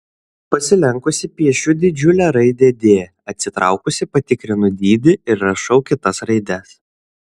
pasilenkusi piešiu didžiulę raidę d atsitraukusi patikrinu dydį ir rašau kitas raides